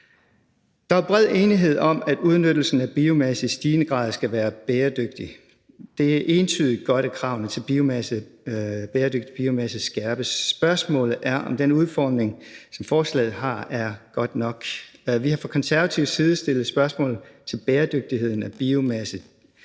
Der er bred enighed om, at udnyttelsen af biomasse i stigende grad skal være bæredygtig. Det er entydigt godt, at kravene til bæredygtig biomasse skærpes. Spørgsmålet er, om den udformning, som forslaget har, er god nok. Vi har fra Konservatives side stillet spørgsmål om bæredygtigheden af biomasse.